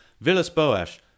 Villas-Boas